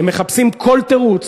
הם מחפשים כל תירוץ